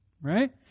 right